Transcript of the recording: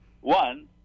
One